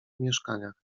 mieszkaniach